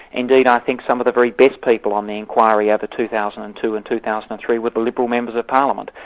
indeed i think some of the very best people on the inquiry yeah over two thousand and two and two thousand and three were the liberal members of parliament.